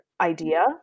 idea